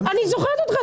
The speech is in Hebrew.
אני זוכרת אותך.